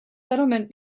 settlement